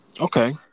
Okay